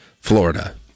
Florida